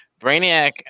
Brainiac